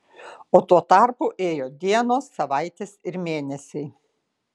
o tuo tarpu ėjo dienos savaitės ir mėnesiai